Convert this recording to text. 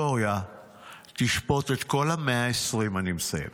אני מסיים.